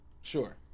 Sure